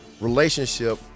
relationship